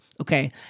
Okay